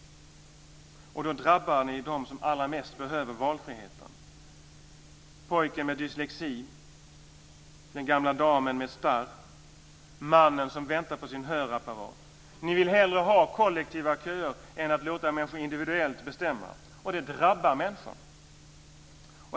Då drabbas de som allra mest behöver valfriheten. Det är pojken med dyslexi. Det är den gamla damen med starr. Det är mannen som väntar på sin hörapparat. Ni vill hellre ha kollektiva köer än att låta människor individuellt bestämma. Det drabbar människor.